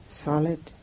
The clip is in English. solid